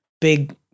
big